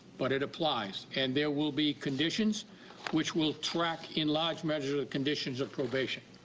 but it applies. and there will be conditions which we'll track in large measures the conditions of probation.